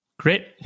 Great